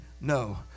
no